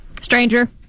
Stranger